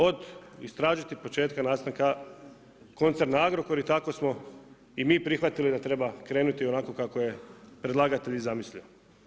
Od istražiti iz početka nastanka koncerna Agrokor i tako smo i mi prihvatili da treba krenuti onako kako je predlagatelj i zamislio.